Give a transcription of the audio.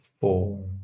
four